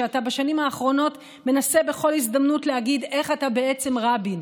שאתה בשנים האחרונות מנסה בכל הזדמנות להגיד איך אתה בעצם רבין.